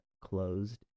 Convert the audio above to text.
closed